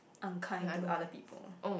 unkind to other people